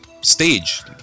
stage